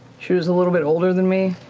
she was a little bit older than me,